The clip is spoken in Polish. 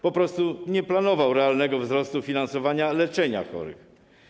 Po prostu nie planował realnego wzrostu finansowania leczenia chorych.